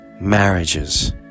marriages